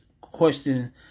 question